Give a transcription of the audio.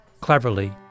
cleverly